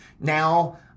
now